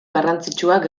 garrantzitsuak